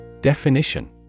Definition